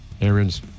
Aaron's